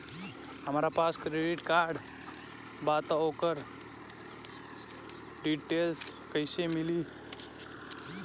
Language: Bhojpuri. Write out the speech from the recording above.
हमरा पास क्रेडिट कार्ड बा त ओकर डिटेल्स कइसे मिली?